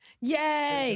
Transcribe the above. Yay